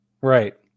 Right